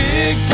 Big